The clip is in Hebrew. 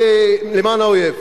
למען האויב.